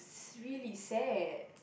is really sad